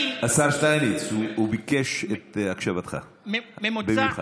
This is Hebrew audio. השר שטייניץ, הוא ביקש את הקשבתך במיוחד.